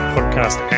Podcast